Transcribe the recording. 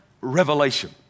revelation